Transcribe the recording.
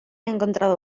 encontrado